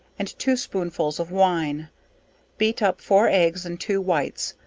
and two sponfuls of wine beat up four eggs and two whites,